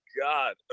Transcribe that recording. God